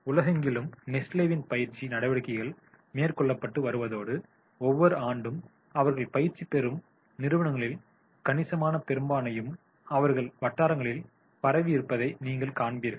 உலகெங்கிலும் நெஸ்லேவின் பயிற்சி நடவடிக்கைகள் மேற்கொள்ளப்பட்டு வருவதோடு ஒவ்வொரு ஆண்டும் அவர்கள் பயிற்சி பெறும் நிறுவனங்களில் கணிசமான பெரும்பான்மையும் அவர்கள் வட்டாரங்களில் பரப்பியிருப்பதை நீங்கள் காண்பீர்கள்